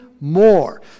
more